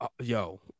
Yo